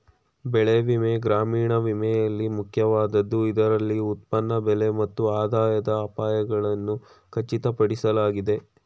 ಬೆಳೆ ವಿಮೆ ಗ್ರಾಮೀಣ ವಿಮೆಯಲ್ಲಿ ಮುಖ್ಯವಾದದ್ದು ಇದರಲ್ಲಿ ಉತ್ಪನ್ನ ಬೆಲೆ ಮತ್ತು ಆದಾಯದ ಅಪಾಯಗಳನ್ನು ಖಚಿತಪಡಿಸಲಾಗಿದೆ